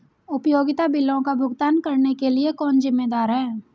उपयोगिता बिलों का भुगतान करने के लिए कौन जिम्मेदार है?